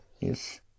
yes